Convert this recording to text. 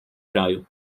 kraju